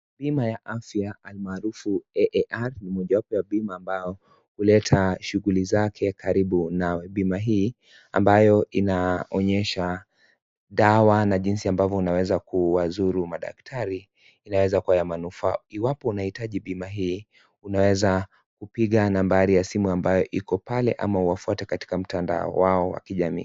Bima ya afya almaarufu AAR ni mojawapo ya bima ambayo huleta shughuli zake karibu. Bima hii, ambayo inaonyesha dawa na jinsi ambavyo unaweza kuwazuru madaktari unaweza kuwa ya manufaa. Iwapo unahitaji bima hii, unaweza piga nambari ya simu ambayo iko pale ama uwafuate katika mtandao wao wa kijamii.